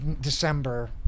December